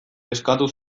eskatu